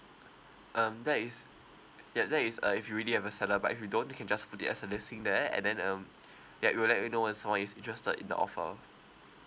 um that is ya that is uh if you already have a set lah but if you don't you can just put it as a listing there and then um ya we will let you know when someone is interested in the offer